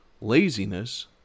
Laziness